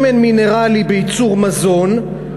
שמן מינרלי בייצור מזון,